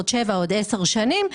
שבע או עשר שנים,